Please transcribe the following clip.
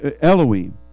Elohim